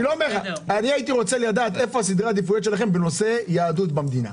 הייתי רוצה לדעת מה סדרי העדיפויות שלכם בנושא יהדות במדינה.